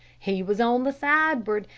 he was on the sideboard,